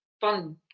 fun